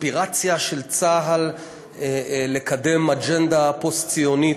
קונספירציה של צה"ל לקדם אג'נדה פוסט-ציונית.